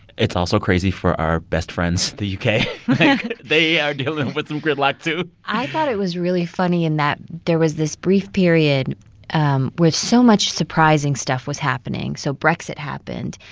it's also crazy for our best friends, the u k they are dealing with some gridlock, too i thought it was really funny in that there was this brief period um where so much surprising stuff was happening. so brexit happened.